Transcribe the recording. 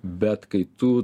bet kai tu